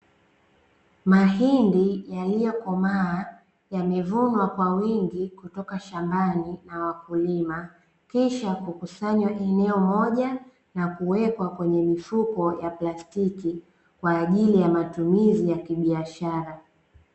Mahindi yaliyokomaa yamevunwa kwa wingi kutoka shambani na wakulima, kisha kukusanywa eneo moja na kuwekwa kwenye mifuko ya plastiki, kwa ajili ya matumizi ya kibiashara.